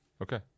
Okay